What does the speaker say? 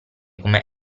come